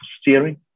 steering